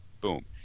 boom